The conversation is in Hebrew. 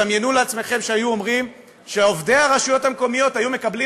דמיינו לעצמכם שהיו אומרים שעובדי הרשויות המקומיות היו מקבלים